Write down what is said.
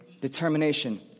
determination